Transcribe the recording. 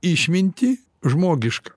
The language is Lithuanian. išmintį žmogišką